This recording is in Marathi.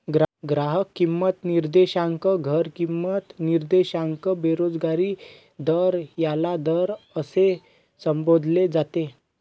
ग्राहक किंमत निर्देशांक, घर किंमत निर्देशांक, बेरोजगारी दर याला दर असे संबोधले जाते